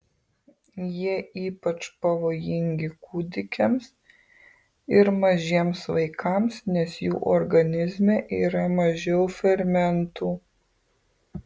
jie ypač pavojingi kūdikiams ir mažiems vaikams nes jų organizme yra mažiau fermentų